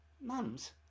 Mums